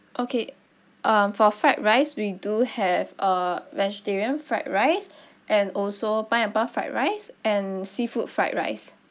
okay um for fried rice we do have err vegetarian fried rice and also pineapple fried rice and seafood fried rice